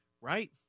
Right